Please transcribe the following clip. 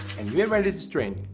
and we're ready to strain.